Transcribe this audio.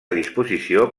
disposició